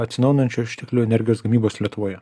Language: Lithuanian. atsinaujinančių išteklių energijos gamybos lietuvoje